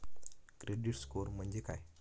Credit score म्हणजे काय?